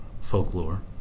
folklore